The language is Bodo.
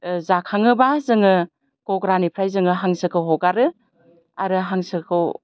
जाखाङोब्ला जोङो गग्रानिफ्राय जोङो हांसोखौ हगारो आरो हांसोखौ